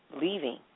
leaving